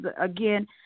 again